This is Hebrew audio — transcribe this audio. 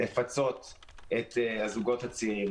לפצות את הזוגות הצעירים.